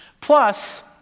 Plus